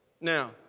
Now